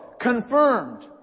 confirmed